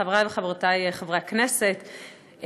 חברי וחברותי חברי הכנסת,